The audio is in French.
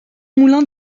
moulin